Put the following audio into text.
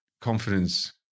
confidence